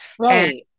Right